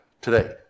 today